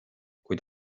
kui